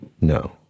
No